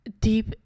deep